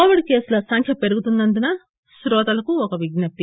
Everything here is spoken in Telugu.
కోవిడ్ కేసుల సంఖ్య పెరుగుతున్నందున శ్రోతలకు విజ్ఞప్తి